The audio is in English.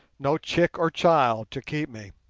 no chick or child to keep me.